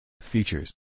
Features